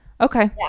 Okay